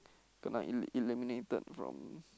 kena eli~ eliminated from